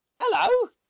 Hello